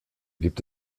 gibt